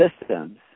systems